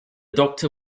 doctor